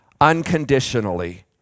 unconditionally